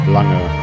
Lange